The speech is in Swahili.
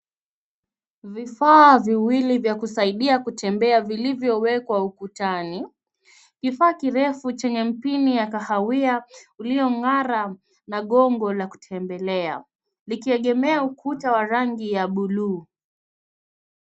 Vifaa viwili vya kusaidia kutembea vilivyowekwa ukutani. Kifaa kirefu chenye mpini ya kahawia uliong'ara na gongo la kutembelea, likiegemea ukuta wa rangi ya bluu.